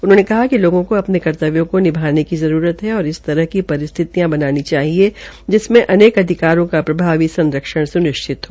उन्होंने कहा कि लोगों को अपने कर्तव्यों को निभाने की जरूरत है और इस तरह की परिस्थितियां बनानी चाहिए जिससे उनके अधिकारों का प्रभावी संरक्षण स्निश्चित हो